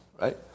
right